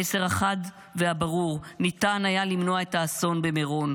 המסר החד והברור: אפשר היה למנוע את האסון במירון,